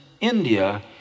India